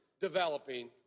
developing